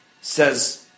says